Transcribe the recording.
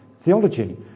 theology